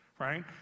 right